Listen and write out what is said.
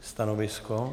Stanovisko?